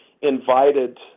invited